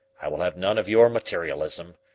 i will have none of your materialism,